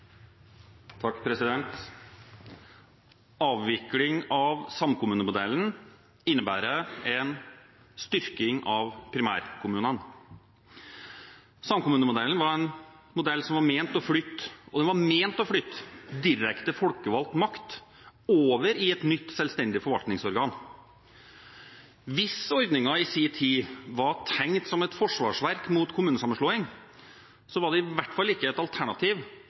Avvikling av samkommunemodellen innebærer en styrking av primærkommunene. Samkommunemodellen var en modell som var ment å flytte direkte folkevalgt makt over i et nytt selvstendig forvaltningsorgan. Hvis ordningen i sin tid var tenkt som et forsvarsverk mot kommunesammenslåing, var det i hvert fall ikke et alternativ